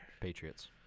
Patriots